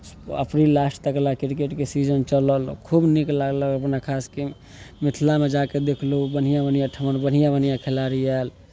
अप्रिल last तक क्रिकेटके season चलल खूब नीक लागल अपना खास कऽ मिथिलामे जा कऽ देखलहुँ बढ़िआँ बढ़िआँ ठमन बढ़िआँ बढ़िआँ खेलाड़ी आयल